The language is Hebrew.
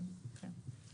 כן, כן.